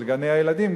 לגני-הילדים,